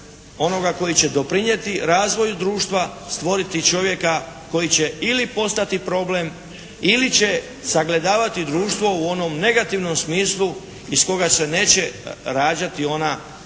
onoga koji će doprinijeti razvoju društva stvoriti čovjeka koji će ili postati problem ili će sagledavati društvo u onom negativnom smislu iz koga se neće rađati ona